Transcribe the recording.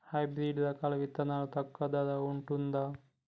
Hybrid రకాల విత్తనాలు తక్కువ ధర ఉంటుందా?